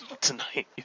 tonight